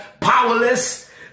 powerless